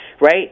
right